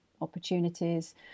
opportunities